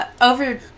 Over